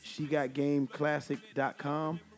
SheGotGameClassic.com